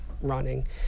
running